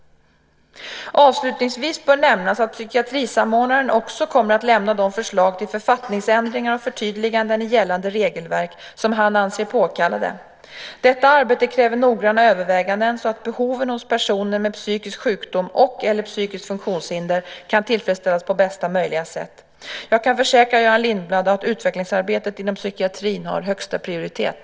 Avslutningsvis bör nämnas att psykiatrisamordnaren också kommer att lämna de förslag till författningsändringar och förtydliganden i gällande regelverk som han anser påkallade. Detta arbete kräver noggranna överväganden så att behoven hos personer med psykisk sjukdom eller psykiskt funktionshinder kan tillfredsställas på bästa möjliga sätt. Jag kan försäkra Göran Lindblad att utvecklingsarbetet inom psykiatrin har högsta prioritet.